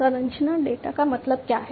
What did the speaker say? संरचना डेटा का मतलब क्या है